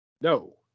No